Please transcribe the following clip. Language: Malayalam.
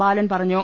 ബാലൻ പറഞ്ഞു